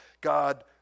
God